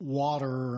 water